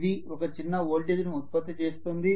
ఇది ఒక చిన్న వోల్టేజ్ను ఉత్పత్తి చేస్తుంది